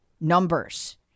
numbers